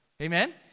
Amen